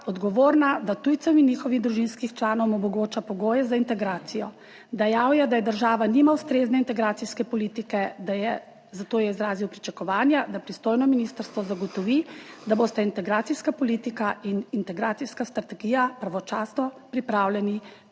odgovorna, da tujcem in njihovim družinskim članom omogoča pogoje za integracijo. Dejal je, da država nima ustrezne integracijske politike. Zato je izrazil pričakovanje, da pristojno ministrstvo zagotovi, da bosta integracijska politika in integracijska strategija pravočasno pripravljeni